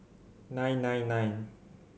nine nine nine